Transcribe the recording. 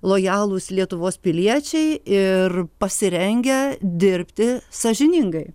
lojalūs lietuvos piliečiai ir pasirengę dirbti sąžiningai